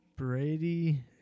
Brady